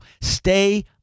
Stay